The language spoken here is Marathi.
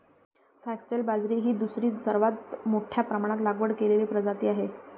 फॉक्सटेल बाजरी ही दुसरी सर्वात मोठ्या प्रमाणात लागवड केलेली प्रजाती आहे